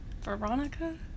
Veronica